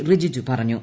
റിജിജു പറഞ്ഞു